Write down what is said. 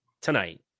tonight